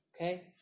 okay